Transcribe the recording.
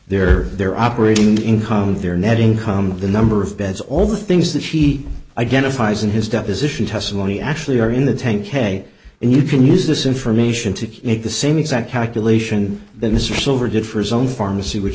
their their operating income their net income the number of beds all the things that she identifies in his deposition testimony actually are in the tank a and you can use this information to make the same exact calculation that mr silver did for his own pharmacy which